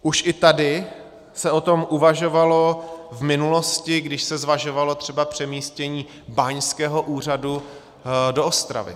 Už i tady se o tom uvažovalo v minulosti, když se zvažovalo třeba přemístění báňského úřadu do Ostravy.